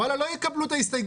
ואללה לא יקבלו את ההסתייגות,